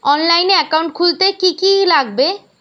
অনলাইনে একাউন্ট খুলতে কি কি লাগবে?